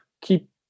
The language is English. keep